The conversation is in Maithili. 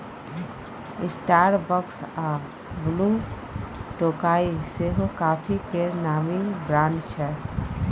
स्टारबक्स आ ब्लुटोकाइ सेहो काँफी केर नामी ब्रांड छै